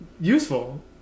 useful